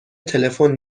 تلفن